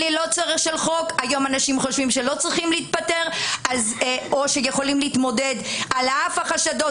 היום אנשים חושבים שלא צריכים להתפטר או שיכולים להתמודד על אף החשדות